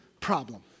problem